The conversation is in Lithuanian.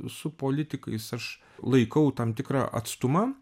su politikais aš laikau tam tikrą atstumą